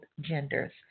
genders